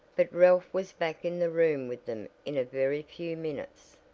but ralph was back in the room with them in a very few minutes.